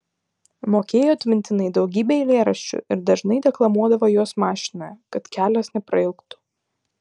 mokėjo atmintinai daugybę eilėraščių ir dažnai deklamuodavo juos mašinoje kad kelias neprailgtų